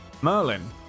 Merlin